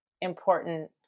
important